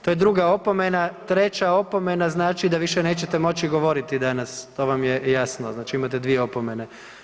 To je druga opomena, treća opomena znači da više nećete moći govoriti danas, to vam je jasno, znači imate dvije opomene.